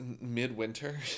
midwinter